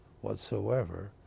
whatsoever